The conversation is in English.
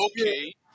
Okay